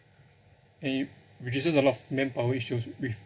and you which raises a lot of manpower issues with